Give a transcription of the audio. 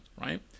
right